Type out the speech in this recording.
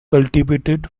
cultivated